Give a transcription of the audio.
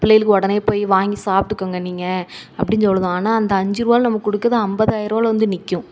புள்ளைகளுக்கு உடனே போய் வாங்கி சாப்ட்டுக்கங்க நீங்கள் அப்படின்னு சொல்லுறோம் ஆனால் அந்த அஞ்சுருபா நம்ம கொடுக்க தான் ஐம்பதாயிருவால வந்து நிற்கும்